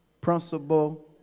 principal